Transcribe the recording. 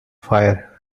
fire